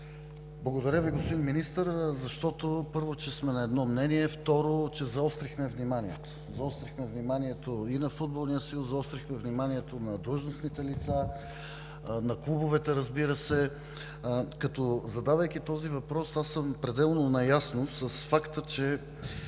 благодаря Ви, защото, първо, сме на едно мнение. Второ, заострихме вниманието. Заострихме вниманието и на Футболния съюз, заострихме вниманието на длъжностните лица и на клубовете, разбира се. Задавайки този въпрос, аз съм пределно наясно с факта, че